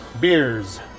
Beers